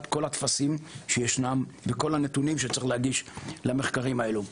כל הטפסים וכל הנתונים שצריך להגיש למחקרים האלו.